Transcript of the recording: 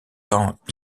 temps